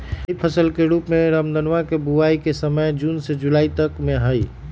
खरीफ फसल के रूप में रामदनवा के बुवाई के समय जून से जुलाई तक में हई